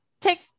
take